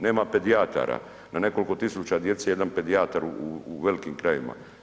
Nema pedijatara, na nekoliko tisuća djece jedan pedijatar u velikim krajevima.